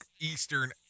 eastern